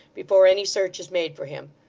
before any search is made for him.